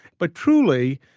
but, truly,